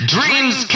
Dreams